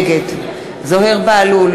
נגד זוהיר בהלול,